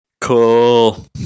cool